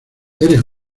eres